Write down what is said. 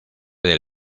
del